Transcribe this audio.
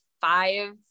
five